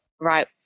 right